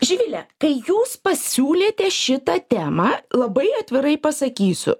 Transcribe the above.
živile kai jūs pasiūlėte šitą temą labai atvirai pasakysiu